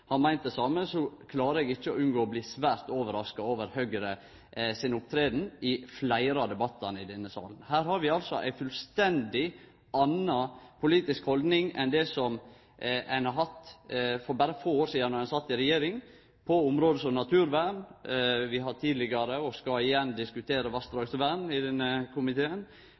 har meint det same – klarer eg ikkje å unngå å bli svært overraska over Høgre si åtferd i fleire av debattane i denne salen. Her har vi altså ei fullstendig anna politisk holdning enn det dei hadde for berre få år sidan, då dei satt i regjering, på område som naturvern, vassdragsvern – som vi tidlegare har diskutert, og igjen skal diskutere i denne komiteen